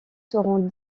seront